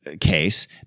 case